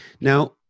Now